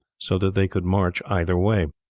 so that they could march either way.